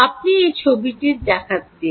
আপনাকে এই ছবিটি দেখাতে দিন